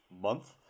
month